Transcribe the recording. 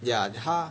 ya 他